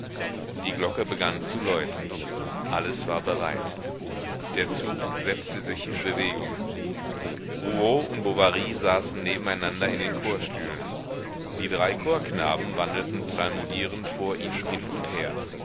die glocke begann zu läuten alles war bereit der zug setzte sich in bewegung rouault und bovary saßen nebeneinander in den chorstühlen die drei chorknaben wandelten psalmodierend vor ihnen hin und her